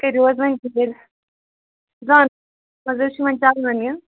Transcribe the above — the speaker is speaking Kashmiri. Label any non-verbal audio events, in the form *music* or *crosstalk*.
کٔرِو حظ وۄنۍ *unintelligible*